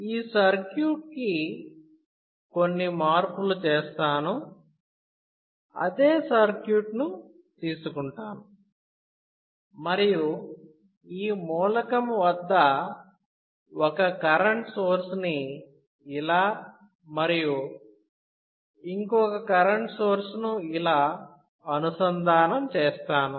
ఈ సర్క్యూట్ కి కొన్ని మార్పులు చేస్తాను అదే సర్క్యూట్ తీసుకుంటాను మరియు ఈ మూలకం వద్ద ఒక కరెంట్ సోర్స్ ని ఇలా మరియు ఇంకొక కరెంట్ సోర్స్ను ఇలా అనుసంధానం చేస్తాను